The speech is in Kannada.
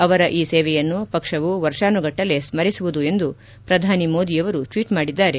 ಅವರ ಈ ಸೇವೆಯನ್ನು ಪಕ್ಷವು ವರ್ಷಾನುಗಟ್ಟಲೇ ಸ್ಮರಿಸುವುದು ಎಂದು ಪ್ರಧಾನಿ ಮೋದಿಯವರು ಟ್ಲೀಟ್ ಮಾಡಿದ್ಗಾರೆ